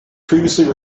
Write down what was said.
previously